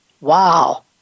wow